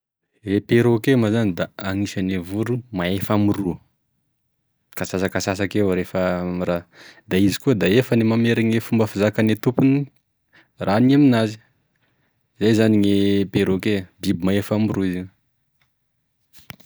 E perroquet moa zany da agnisan'e voro mahefa miroho, mikasasakasasaky evao rehefa miraha, da izy koa da efany e mamerigny e fomba fizakan'e tompony raha anihy aminazy, izay zany perroquet biby mahefa miroho izy io.